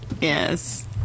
Yes